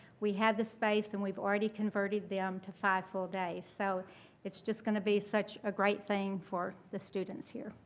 we had the space and we've already converted them to five full days. so it's just going to be such a great thing for the students here.